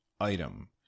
item